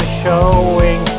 showing